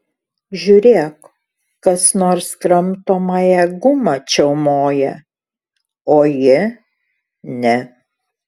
žiūrėk kas nors kramtomąją gumą čiaumoja o ji ne